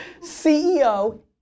CEO